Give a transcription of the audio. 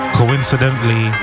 coincidentally